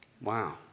Wow